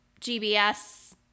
gbs